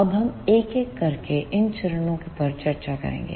अब हम एक एक करके इन चरणों पर चर्चा करेंगे